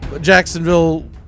Jacksonville